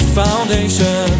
foundation